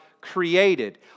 created